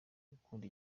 gukunda